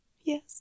Yes